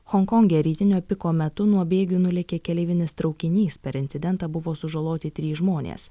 honkonge rytinio piko metu nuo bėgių nulėkė keleivinis traukinys per incidentą buvo sužaloti trys žmonės